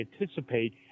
anticipate